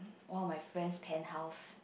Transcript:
one of my friend's penthouse